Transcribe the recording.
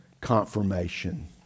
confirmation